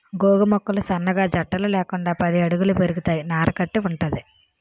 గోగు మొక్కలు సన్నగా జట్టలు లేకుండా పది అడుగుల పెరుగుతాయి నార కట్టి వుంటది